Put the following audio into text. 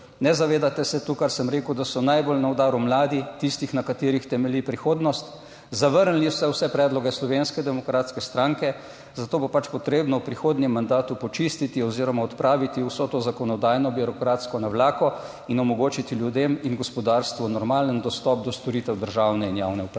(nadaljevanje) kar sem rekel, da so najbolj na udaru mladi, tistih, na katerih temelji prihodnost. Zavrnili ste vse predloge Slovenske demokratske stranke, zato bo pač potrebno v prihodnjem mandatu počistiti oziroma odpraviti vso to zakonodajno birokratsko navlako in omogočiti ljudem in gospodarstvu normalen dostop do storitev državne in javne uprave.